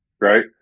right